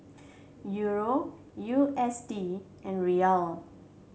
Euro U S D and Riyal